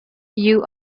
you